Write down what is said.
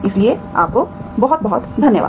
इसलिए आपको बहुत बहुत धन्यवाद